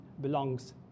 belongs